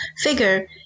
figure